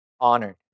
honored